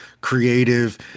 creative